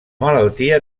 malaltia